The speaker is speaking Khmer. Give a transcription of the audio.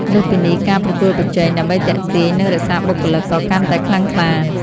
លើសពីនេះ ការប្រកួតប្រជែងដើម្បីទាក់ទាញ និងរក្សាបុគ្គលិក ក៏កាន់តែខ្លាំងក្លា។